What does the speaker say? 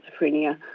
schizophrenia